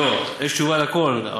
לא, יש תשובה על הכול.